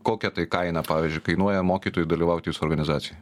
kokia tai kaina pavyzdžiui kainuoja mokytojui dalyvaut jūsų organizacijoj